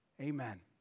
Amen